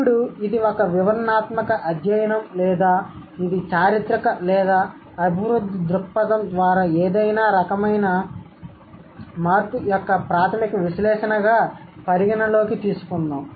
ఇప్పుడు ఇది ఒక వివరణాత్మక అధ్యయనం లేదా ఇది చారిత్రక లేదా అభివృద్ధి దృక్పథం ద్వారా ఏదైనా రకమైన మార్పు యొక్క ప్రాథమిక విశ్లేషణగా పరిగణలోకి తీసుకుందాం